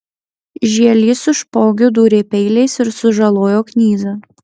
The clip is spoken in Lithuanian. žielys su špogiu dūrė peiliais ir sužalojo knyzą